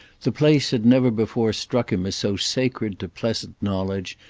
the place had never before struck him as so sacred to pleasant knowledge,